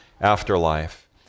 afterlife